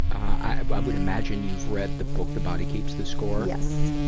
i but would imagine you've read the book the body keeps the score? yes.